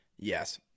Yes